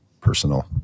personal